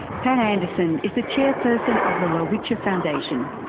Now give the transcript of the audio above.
pat anderson is the chairperson of the lowitja foundation.